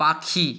পাখি